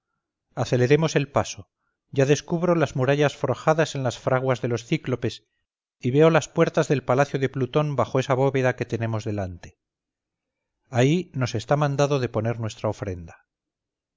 aceleremos el paso ya descubro las murallas forjadas en las fraguas de los cíclopes y veo las puertas del palacio de plutón bajo esa bóveda que tenemos delante ahí nos está mandado deponer nuestra ofrenda